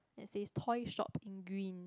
that says toy shop in green